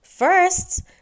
First